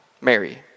Mary